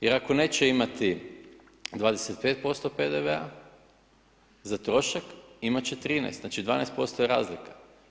Jer ako neće imati 25% PDV-a za trošak imati će 13, znači 12% je razlika.